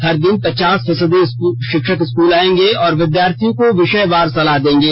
हर दिन पचास फीसदी शिक्षक स्कूल आएंगे और विधार्थियों को विषयवार सलाह देंगे